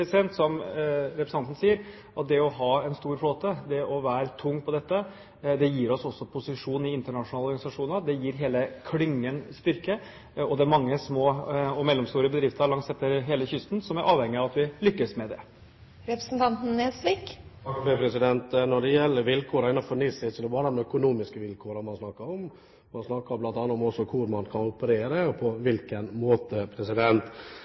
som representanten sier, at det å ha en stor flåte, det å være tung på dette, gir oss også posisjon i internasjonale organisasjoner. Det gir hele klyngen styrke. Det er mange små og mellomstore bedrifter langs hele kysten som er avhengig av at vi lykkes med det. Når det gjelder vilkårene innenfor NIS, er det ikke bare de økonomiske vilkårene man snakker om. Man snakker også om hvor man kan operere, og på hvilken måte